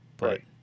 Right